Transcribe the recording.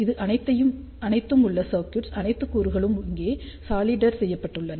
இது அனைத்தும் உள்ள சர்க்யூட்ஸ் அனைத்து கூறுகளும் இங்கே சாலிடர் செய்யப்பட்டுள்ளன